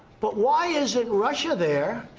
but why isn't russia there,